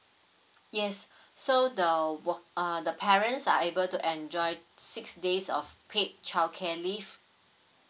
yes so the work uh the parents are able to enjoy six days of paid childcare leave